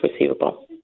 receivable